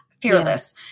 Fearless